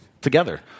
together